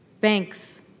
Banks